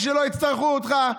כשלא יצטרכו אותך,